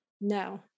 No